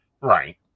Right